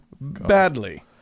badly